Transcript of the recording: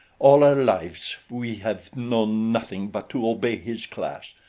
all our lives we have known nothing but to obey his class.